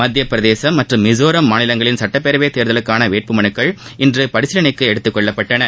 மத்திய பிரதேசம் மற்றும் மிசோராம் மாநிலங்களின் சட்டப்பேரவைத் தேர்தலுக்கான வேட்புமலுக்கள் இன்று பரிசீலனைக்கு எடுத்துக் கொள்ளப்பட்டன